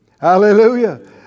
Hallelujah